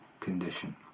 condition